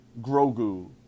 Grogu